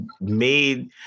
made